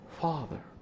Father